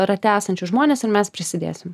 rate esančius žmones ir mes prisidėsim